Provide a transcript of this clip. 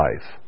life